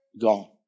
Gone